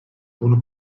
bunu